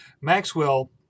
Maxwell